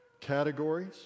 categories